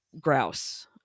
grouse